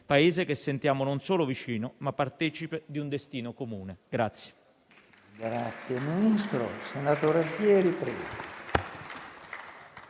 Paese che sentiamo non solo vicino, ma partecipe di un destino comune.